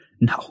No